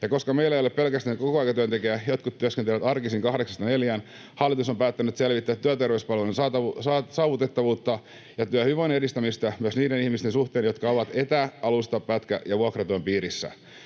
koska meillä ei ole pelkästään kokoaikatyöntekijöitä, jotka työskentelevät arkisin kahdeksasta neljään, hallitus on päättänyt selvittää työterveyspalvelujen saavutettavuutta ja työhyvinvoinnin edistämistä myös niiden ihmisten suhteen, jotka ovat etä-, alusta-, pätkä- ja vuokratyön piirissä.